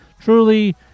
truly